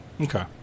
Okay